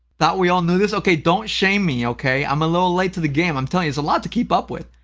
thought we all knew this, okay, don't shame me, okay? i'm a little late to the game, i'm telling you, it's a lot to keep up with.